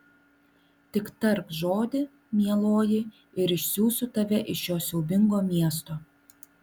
tik tark žodį mieloji ir išsiųsiu tave iš šio siaubingo miesto